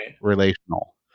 relational